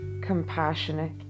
compassionate